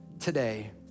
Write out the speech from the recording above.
today